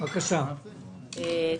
הנושא הוא